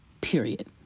period